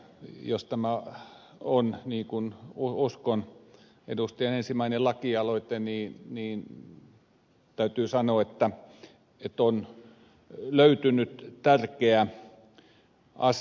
jos tämä on niin kuin uskon edustajan ensimmäinen lakialoite niin täytyy sanoa että on löytynyt tärkeä asia